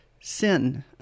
sin